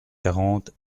quarante